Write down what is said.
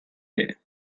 day